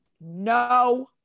No